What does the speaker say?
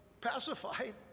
pacified